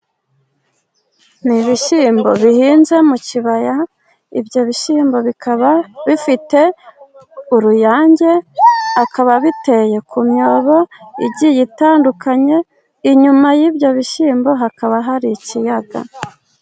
Ni ibishyimbo bihinze mu kibaya, ibyo bishyimbo bikaba bifite uruyange, bikaba biteye mu myobo igiye itandukanye, inyuma y'ibyo bishyimbo hakaba hari ikiyaga.